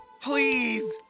please